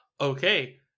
Okay